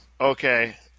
Okay